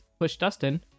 PushDustin